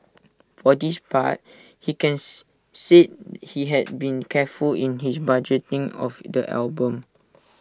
for this part he cans said he had been careful in his budgeting of the album